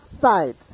side